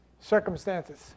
circumstances